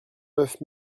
neuf